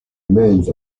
remains